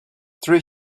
three